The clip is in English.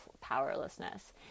powerlessness